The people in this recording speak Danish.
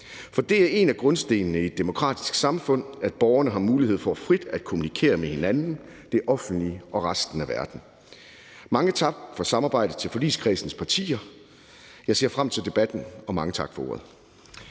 er nemlig en af grundstenene i et demokratisk samfund, at borgerne har mulighed for frit at kommunikere med hinanden, det offentlige og resten af verden. Mange tak for samarbejdet til forligskredsens partier. Jeg ser frem til debatten. Mange tak for ordet.